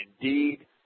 Indeed